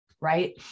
right